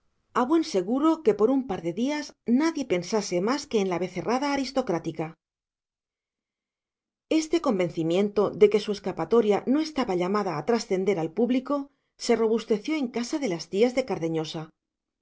a buen seguro que por un par de días nadie pensase más que en la becerrada aristocrática este convencimiento de que su escapatoria no estaba llamada a trascender al público se robusteció en casa de las tías de cardeñosa las